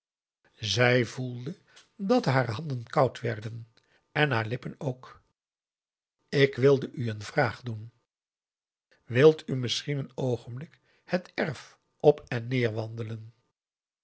zij voelde dat haar handen koud werden en haar lippen ook ik wilde u een vraag doen wilt u misschien een oogenblik het erf op en neer wandelen